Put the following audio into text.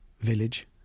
village